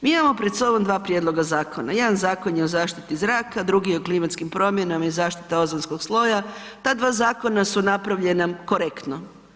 Mi imamo pred sobom dva prijedloga zakona, jedan Zakon o zaštiti zraka, drugi je o klimatskim promjenama i zaštiti ozonskog sloja, ta dva zakona su napravljena korektno.